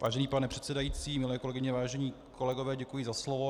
Vážený pane předsedající, milé kolegyně, vážení kolegové, děkuji za slovo.